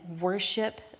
worship